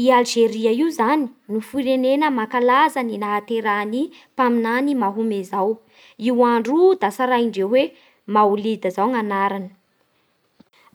I Alzeria io zany no firenena mankalaza ny nahaterahan'ny mpaminany Mahome zao, io andro io da tsarindreo hoe maholida zao ny anarany